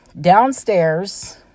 downstairs